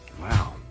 Wow